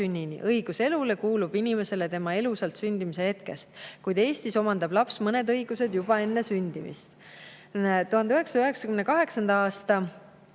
Õigus elule kuulub inimesele tema elusalt sündimise hetkest. Kuid Eestis omandab laps mõned õigused juba enne sündimist. 1998. aastal